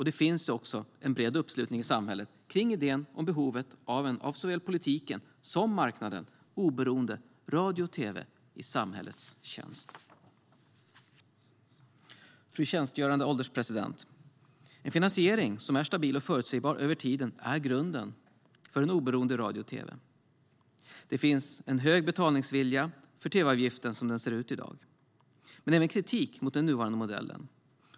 Det finns också en bred uppslutning i samhället kring idén om behovet av radio och tv i samhällets tjänst, oberoende av såväl politiken som marknaden. Fru ålderspresident! En finansiering som är stabil och förutsägbar över tiden är grunden för oberoende radio och tv. Det finns en hög betalningsvilja för tv-avgiften som den ser ut i dag, men även kritik mot den nuvarande modellen.